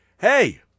hey